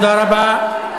תודה רבה.